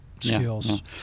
skills